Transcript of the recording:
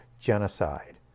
genocide